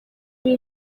ari